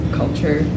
culture